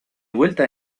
vuelta